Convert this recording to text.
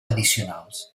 addicionals